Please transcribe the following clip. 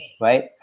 right